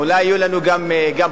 אולי יהיו לנו גם בשורות.